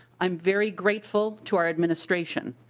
i'm very grateful to our administration.